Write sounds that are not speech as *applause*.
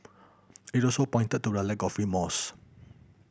it also pointed to a lack of remorse *noise*